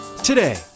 Today